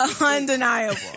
undeniable